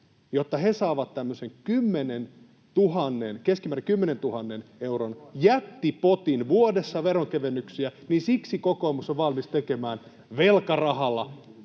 jotta he saavat keskimäärin tämmöisen 10 000 euron jättipotin vuodessa veronkevennyksiä — kokoomus on valmis tekemään velkarahalla,